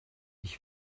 ich